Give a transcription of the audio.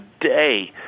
today